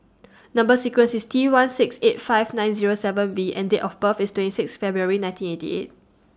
Number sequence IS T one six eight five nine Zero seven V and Date of birth IS twenty six February nineteen eighty eight